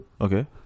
Okay